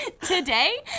today